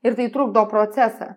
ir tai trukdo procesą